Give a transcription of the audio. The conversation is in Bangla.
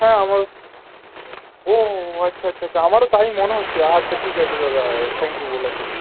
হ্যাঁ আমার ও আচ্ছা আচ্ছা আচ্ছা আমারও তাই মনে হচ্ছে আচ্ছা ঠিক আছে দাদা থ্যাংক ইউ বলার জন্য